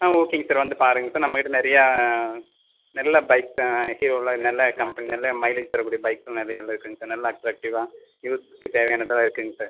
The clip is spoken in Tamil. ஆ ஓகேங்க சார் வந்து பாருங்கள் சார் நம்பகிட்ட நிறையா நல்ல பைக் ஹீரோலாம் நல்ல கம்பெனி நல்ல மைலேஜ் தரக்கூடிய பைக்ஸ் நிறைய நல்லா இருக்குதுங்க சார் நல்ல அட்ராக்ட்டிவ்வாக யூத்கு தேவையானதுலாம் இருக்குங்க சார்